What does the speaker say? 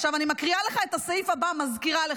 אני מקריאה לך את הסעיף הבא, מזכירה לך: